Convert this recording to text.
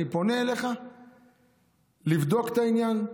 אני פונה אליך לבדוק את העניין,